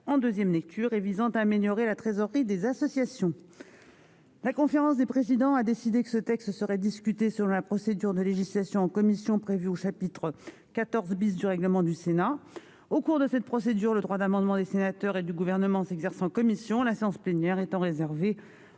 texte de la commission n° 578, rapport n° 577). La conférence des présidents a décidé que ce texte serait discuté selon la procédure de législation en commission prévue au chapitre XIV du règlement du Sénat. Au cours de cette procédure, le droit d'amendement des sénateurs et du Gouvernement s'exerce en commission, la séance plénière étant réservée